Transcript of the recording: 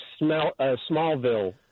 Smallville